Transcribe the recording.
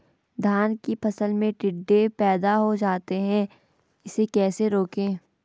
धान की फसल में टिड्डे पैदा हो जाते हैं इसे कैसे रोकें?